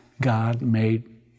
God-made